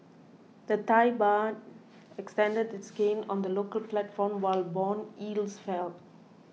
the Thai Baht extended its gains on the local platform while bond yields fell